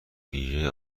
ویژه